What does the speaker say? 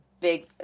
big